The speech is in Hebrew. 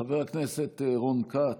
חבר הכנסת רון כץ,